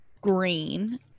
green